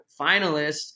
finalists